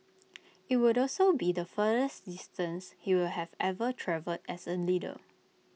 IT would also be the furthest distance he will have ever travelled as A leader